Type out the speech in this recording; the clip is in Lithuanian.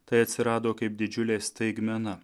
tai atsirado kaip didžiulė staigmena